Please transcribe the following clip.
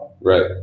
Right